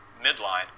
midline